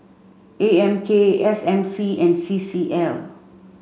A M K S M C and C C L